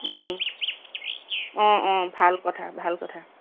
ভাল কথা ভাল কথা